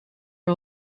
are